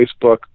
Facebook